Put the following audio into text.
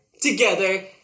together